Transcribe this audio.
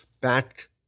back